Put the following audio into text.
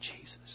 Jesus